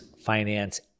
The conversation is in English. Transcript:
finance